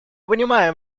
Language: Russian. понимаем